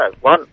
one